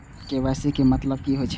KYC के मतलब कि होई छै?